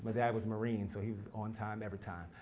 but dad was marines. so he was on time, every time,